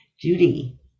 Judy